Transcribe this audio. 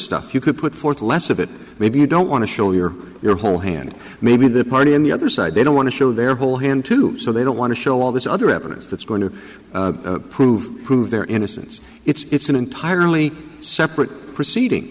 stuff you could put forth less of it maybe you don't want to show you or your whole hand maybe the part in the other side they don't want to show their whole head in two so they don't want to show all this other evidence that's going to prove prove their innocence it's an entirely separate proceeding